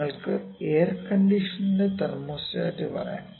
നിങ്ങൾക്ക് എയർകണ്ടീഷണറിന്റെ തെർമോസ്റ്റാറ്റ് പറയാം